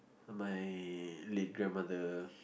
my late grandmother